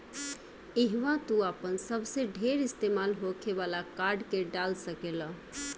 इहवा तू आपन सबसे ढेर इस्तेमाल होखे वाला कार्ड के डाल सकेल